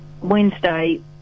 Wednesday